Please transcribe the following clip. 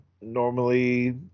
normally